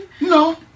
No